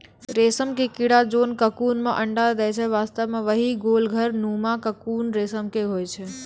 रेशम के कीड़ा जोन ककून मॅ अंडा दै छै वास्तव म वही गोल घर नुमा ककून रेशम के होय छै